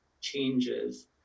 changes